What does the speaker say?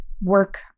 work